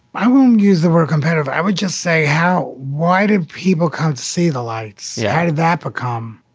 i won't use the word competitive. i would just say how. why did people come to see the lights? yeah. how did that become?